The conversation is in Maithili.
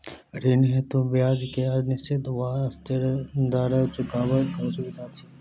ऋण हेतु ब्याज केँ निश्चित वा अस्थिर दर चुनबाक सुविधा अछि